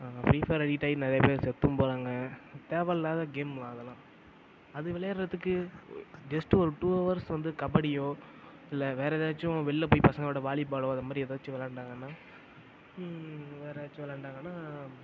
free Fire அடிக்ட்டாகி நிறைய பேர் செத்தும் போகிறாங்க தேவை இல்லாத கேம் தான் அதலாம் அது விளையாடுறதுக்கு ஜெஸ்ட்டு ஒரு டூ ஹவர்ஸ் வந்து கபடியோ இல்லை வேற ஏதாச்சும் வெளில போய் பசங்களோட வாலிபாலோ அது மாதிரி ஏதாச்சும் விளையாண்டாங்கனா வேற ஏதாச்சும் விளையாண்டாங்கன்னா